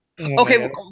Okay